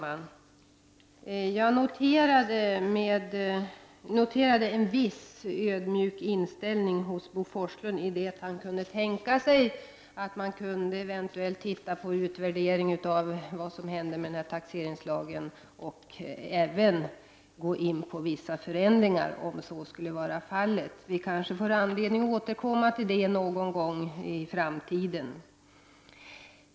Herr talman! Jag noterade en viss ödmjuk inställning hos Bo Forslund då han sade att han kunde tänka sig att man gör en utvärdering av den nya taxeringslagen och att man även gör vissa förändringar om så skulle behövas. Vi kanske får anledning att återkomma till detta någon gång i framtiden.